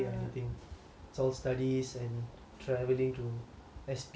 it's all studying and travelling to S_P